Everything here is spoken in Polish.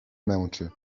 męczy